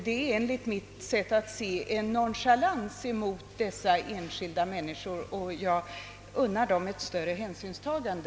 Detta är enligt min mening nonchalant handlat mot dessa människor, och jag unnar dem ett större hänsynstagande,